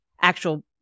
actual